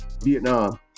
Vietnam